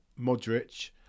Modric